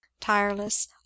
tireless